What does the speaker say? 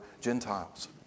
Gentiles